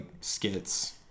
skits